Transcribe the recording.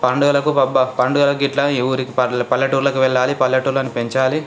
పండుగలకు పబ్బ పండుగలకు ఇట్లా ఊళ్ళకి పల్లెటూర్లకు వెళ్ళాలి పల్లెటూర్లని పెంచాలి